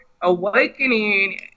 awakening